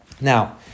Now